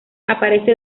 aparece